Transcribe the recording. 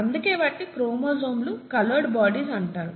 అందుకే వాటిని క్రోమోజోమ్లు కలర్డ్ బాడీస్ అంటారు